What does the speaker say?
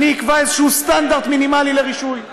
אני אקבע איזה סטנדרט מינימלי לרישוי,